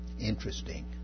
interesting